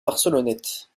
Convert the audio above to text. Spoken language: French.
barcelonnette